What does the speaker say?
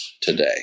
today